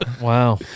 Wow